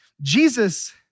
Jesus